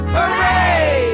Hooray